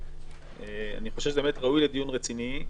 אני חושב שזה באמת ראוי לדיון רציני.